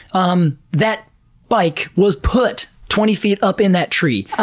um that bike was put twenty feet up in that tree.